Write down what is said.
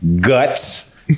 Guts